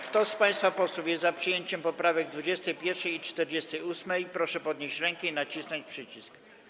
Kto z państwa posłów jest za przyjęciem poprawek 21. i 48., proszę podnieść rękę i nacisnąć przycisk.